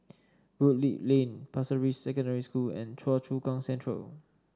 Woodleigh Lane Pasir Ris Secondary School and Choa Chu Kang Central